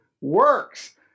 works